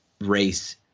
race